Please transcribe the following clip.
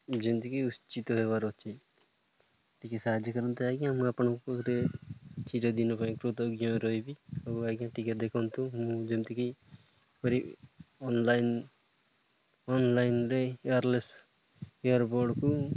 ଯେମିତିକି ହେବାର ଅଛି ଟିକେ ସାହାଯ୍ୟ କରନ୍ତୁ ଆଜ୍ଞା ମୁଁ ଆପଣଙ୍କ ପାଖରେ ଚିରଦିନ ପାଇଁ କୃତଜ୍ଞ ରହିବି ଆଉ ଆଜ୍ଞା ଟିକେ ଦେଖନ୍ତୁ ମୁଁ ଯେମିତିକି ଅନଲାଇନ୍ ଅନଲାଇନ୍ରେ ୱାୟର୍ଲେସ୍ ଇୟର୍ ବଡ଼୍କୁ